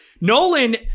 Nolan